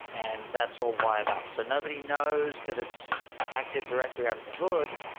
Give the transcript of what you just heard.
and that's all wired up. so nobody knows that it's active directory under the hood,